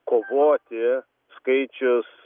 kovoti skaičius